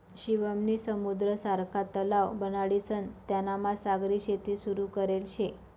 शिवम नी समुद्र सारखा तलाव बनाडीसन तेनामा सागरी शेती सुरू करेल शे